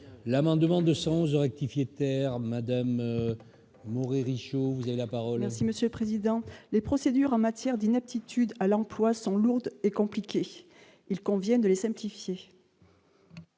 l'amendement de sens de rectifier terme Madame mourir il vous vouliez la parole. Si Monsieur Président les procédures en matière d'inaptitude à l'emploi sont lourdes et compliquées, il convient de les simplifier.